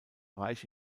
bereich